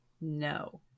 No